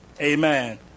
Amen